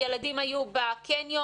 הילדים היו בקניון,